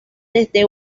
desde